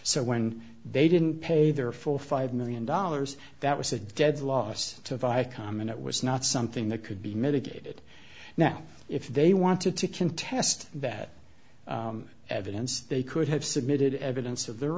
so when they didn't pay their full five million dollars that was a dead loss to viacom and it was not something that could be mitigated now if they wanted to contest that evidence they could have submitted evidence of their